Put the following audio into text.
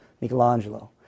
Michelangelo